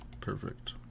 perfect